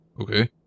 Okay